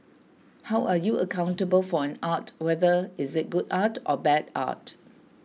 how are you accountable for an art whether is it good art or bad art